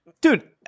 dude